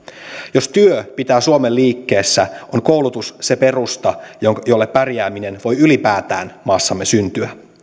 jos työ pitää suomen liikkeessä on koulutus se perusta jolle jolle pärjääminen voi ylipäätään maassamme syntyä